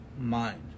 mind